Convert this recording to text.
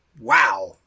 wow